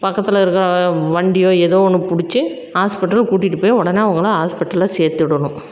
பக்கத்தில் இருக்கிற வண்டியோ ஏதோ ஒன்று புடிச்சு ஹாஸ்பிட்டலுக்கு கூட்டிகிட்டு போய் உடனே அவங்களாம் ஹாஸ்பிட்டலில் சேர்த்துடணும்